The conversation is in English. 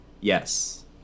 yes